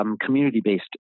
Community-based